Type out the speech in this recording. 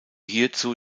hierzu